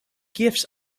gifts